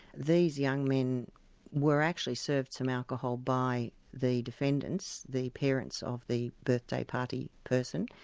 these young men were actually served some alcohol by the defendants, the parents of the birthday party person,